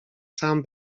sam